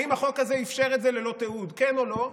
האם החוק הזה אפשר את זה ללא תיעוד, כן או לא?